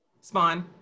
Spawn